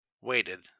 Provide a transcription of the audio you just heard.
waited